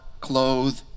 clothe